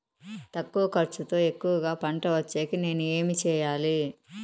తక్కువ ఖర్చుతో ఎక్కువగా పంట వచ్చేకి నేను ఏమి చేయాలి?